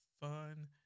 fun